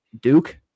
Duke